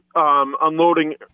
unloading